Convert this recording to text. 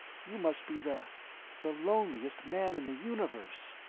you must be the the loneliest man in the universe!